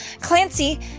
Clancy